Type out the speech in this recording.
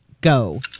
go